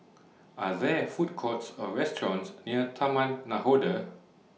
Are There Food Courts Or restaurants near Taman Nakhoda